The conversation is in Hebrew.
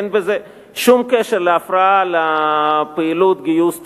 אין בזה שום קשר להפרעה לפעילות גיוס תרומות.